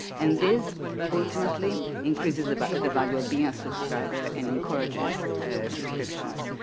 and this ultimately increases but the value of being a sub scriber and encourages subscriptions.